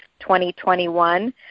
2021